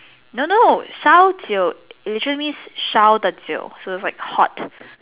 no no 烧酒 literally means 烧的酒 so is like hot